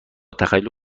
تخیل